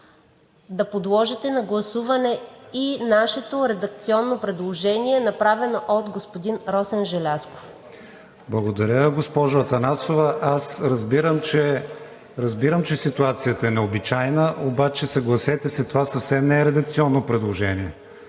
да подложите на гласуване и нашето редакционно предложение, направено от господин Росен Желязков. ПРЕДСЕДАТЕЛ КРИСТИАН ВИГЕНИН: Благодаря, госпожо Атанасова. Аз разбирам, че ситуацията е необичайна, обаче съгласете се, това съвсем не е редакционно предложение.